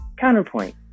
CounterPoint